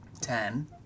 ten